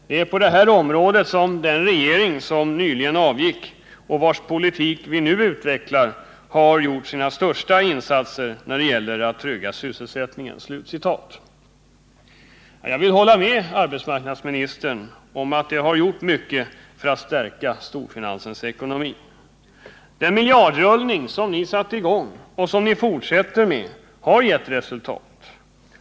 Det är på detta område som den regering som nyligen avgick och vars politik vi nu utvecklar har gjort sina största insatser när det gäller att trygga sysselsättningen.” Jag vill hålla med arbetsmarknadsministern om att regeringen har gjort mycket för att stärka storfinansens ekonomi. Den miljardrullning som ni satt i gång och som ni fortsätter med har gett resultat.